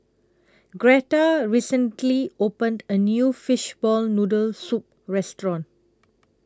Gretta recently opened A New Fishball Noodle Soup Restaurant